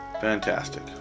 Fantastic